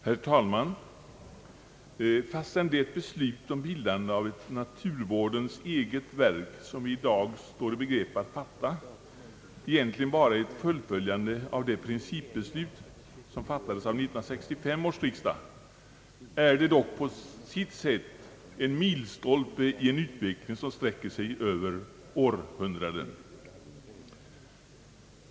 Herr talman! Fastän det beslut om bildande av ett naturvårdens eget verk, som vi i dag står i begrepp att fatta, egentligen bara innebär ett fullföljande av principbeslutet vid 1965 års riksdag är det dock på sitt sätt en milstol pe i en utveckling som sträcker sig över århundraden.